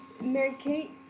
Mary-Kate